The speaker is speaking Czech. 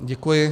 Děkuji.